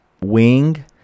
wing